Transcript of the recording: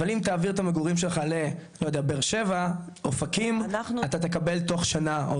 אבל אם תעביר את המגורים שלך לבאר שבע או אופקים אתה תקבל תוך שנה.